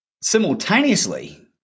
Simultaneously